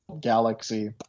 Galaxy